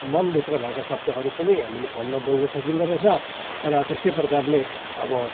मनभित्र भएका शब्दहरू पनि हामीले फोनमा बोल्नु सकिँदोरहेछ र त्यस्तै प्रकारले अब